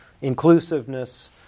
inclusiveness